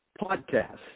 podcast